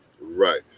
Right